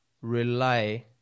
rely